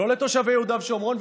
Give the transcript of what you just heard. לא לתושבי יהודה ושומרון,